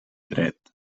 dret